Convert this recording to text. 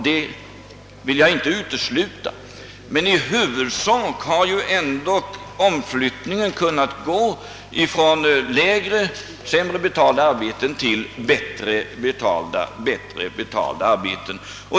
Det är möjligen riktigt. Men i huvudsak har omflyttningen ändå gått från sämre till bättre betalda arbeten.